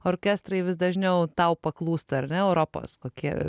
orkestrai vis dažniau tau paklūsta ar europos kokie